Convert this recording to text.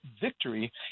victory